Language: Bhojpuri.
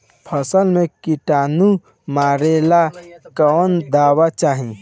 फसल में किटानु मारेला कौन दावा चाही?